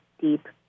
deep